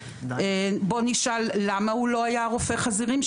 בוא נשאל למה לא היה רופא חזירים,